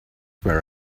where